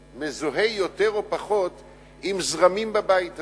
שמזוהה יותר או פחות עם זרמים בבית הזה.